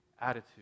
attitude